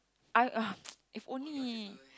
I !ah! if only